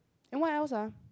and what else ah